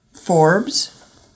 Forbes